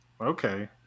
Okay